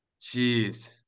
Jeez